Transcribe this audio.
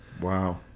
Wow